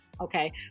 Okay